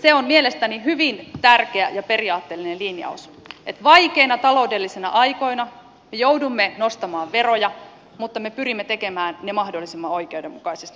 se on mielestäni hyvin tärkeä ja periaatteellinen linjaus että vaikeina taloudellisina aikoina me joudumme nostamaan veroja mutta me pyrimme tekemään sen mahdollisimman oikeudenmukaisesti